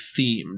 themed